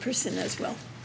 person as well